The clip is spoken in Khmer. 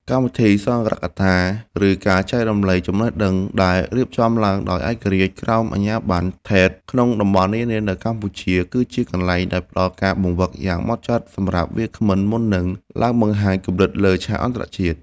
កម្មវិធីសន្ទរកថា ឬការចែករំលែកចំណេះដឹងដែលរៀបចំឡើងដោយឯករាជ្យ ក្រោមអាជ្ញាប័ណ្ណ ថេត ក្នុងតំបន់នានានៅកម្ពុជា គឺជាកន្លែងដែលផ្ដល់ការបង្វឹកយ៉ាងហ្មត់ចត់សម្រាប់វាគ្មិនមុននឹងឡើងបង្ហាញគំនិតលើឆាកអន្តរជាតិ។